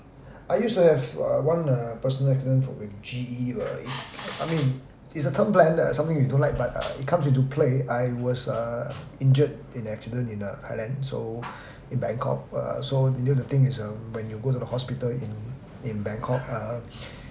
I used to have uh one uh personal accident for with G_E uh I mean its a term plan that is something we don't like but uh it comes into play I was uh injured in a accident in uh highland so in bangkok uh so you know the thing is uh when you go to the hospital in in bangkok uh